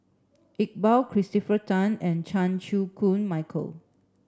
Iqbal Christopher Tan and Chan Chew Koon Michael